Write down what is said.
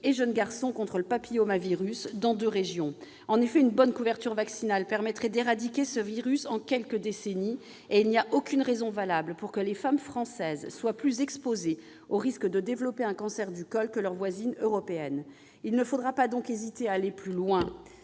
et jeunes garçons contre les papillomavirus humains dans deux régions. En effet, une bonne couverture vaccinale permettrait d'éradiquer ce virus en quelques décennies seulement. Il n'y a aucune raison valable pour que les femmes françaises soient plus exposées au risque de développer un cancer du col que leurs voisines européennes. Il ne faudra donc pas hésiter à aller plus loin